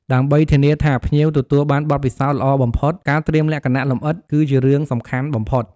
ដើម្បីធានាថាភ្ញៀវទទួលបានបទពិសោធន៍ល្អបំផុត ការត្រៀមលក្ខណៈលម្អិតគឺជារឿងសំខាន់បំផុត។